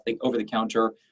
over-the-counter